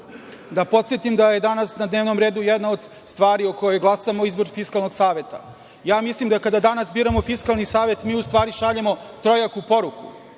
podsetim da je danas na dnevnom redu jedna od stvari o kojoj glasamo izbor Fiskalnog saveta. Mislim da kada dana biramo Fiskalni savet, mi u stvari šaljemo trojaku poruku.